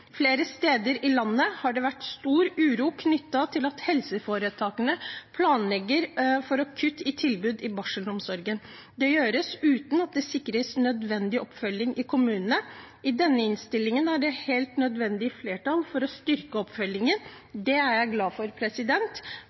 Flere steder i landet har det vært stor uro knyttet til at helseforetakene planlegger for kutt i tilbudet i barselomsorgen. Det gjøres uten at det sikres nødvendig oppfølging i kommunene. I denne innstillingen er det et helt nødvendig flertall for å styrke oppfølgingen. Det er jeg glad for.